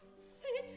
see,